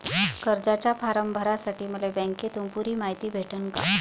कर्जाचा फारम भरासाठी मले बँकेतून पुरी मायती भेटन का?